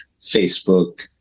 Facebook